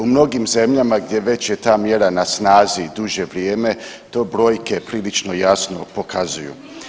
U mnogim zemljama gdje već je ta mjera na snazi duže vrijeme, to brojke prilično jasno pokazuju.